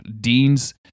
Dean's